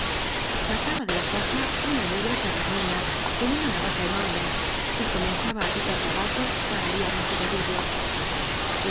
argumento sacaba de la faja una negra tagarni na con una navaja enorme y comenzaba á pi car tabaco para liar un cigarrillo